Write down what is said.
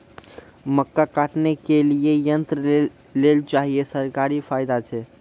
मक्का काटने के लिए यंत्र लेल चाहिए सरकारी फायदा छ?